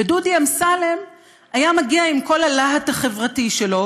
ודודי אמסלם היה מגיע עם כל הלהט החברתי שלו,